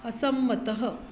असम्मतः